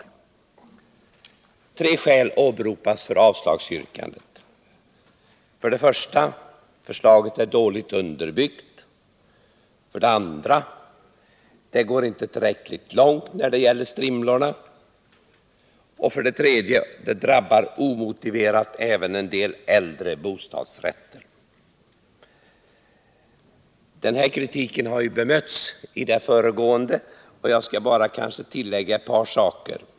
Tre skäl åberopas för avslagsyrkandet. 1. Förslaget är dåligt underbyggt. 2. Det går inte tillräckligt långt när det gäller ”strimlorna”. 3. Det drabbar omotiverat även en del äldre bostadsrätter. Den här kritiken har redan bemötts. Jag skall bara tillägga ett par saker.